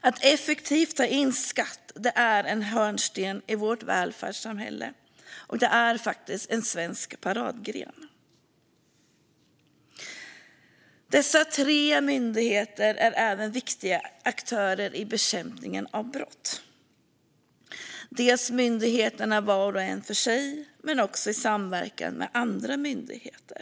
Att effektivt ta in skatt är en hörnsten i vårt välfärdssamhälle, och det är faktiskt en svensk paradgren. Dessa tre myndigheter är även viktiga aktörer i bekämpningen av brott, var och en för sig men också i samverkan med andra myndigheter.